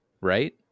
right